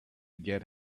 get